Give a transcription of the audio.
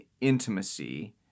intimacy